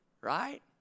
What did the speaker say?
Right